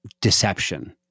deception